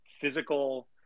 physical